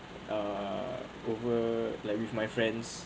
err over like with my friends